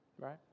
right